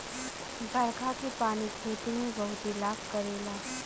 बरखा के पानी खेती में बहुते लाभ करेला